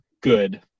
good